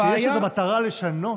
כשיש איזו מטרה לשנות,